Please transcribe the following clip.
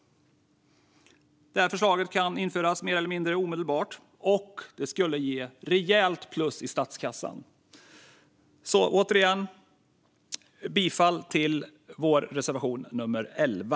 Det här förslaget kan införas mer eller mindre omedelbart och skulle ge rejält plus i statskassan. Jag yrkar återigen bifall till vår reservation nummer 11.